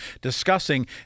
discussing